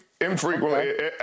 infrequently